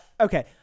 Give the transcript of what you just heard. okay